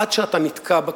עד שאתה נתקע בקרקע.